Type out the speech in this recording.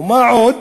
ומה עוד?